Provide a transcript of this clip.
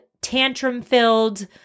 tantrum-filled